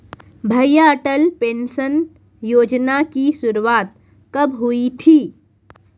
भैया अटल पेंशन योजना की शुरुआत कब हुई थी?